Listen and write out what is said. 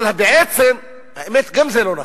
אבל בעצם, האמת, גם זה לא נכון.